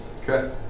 Okay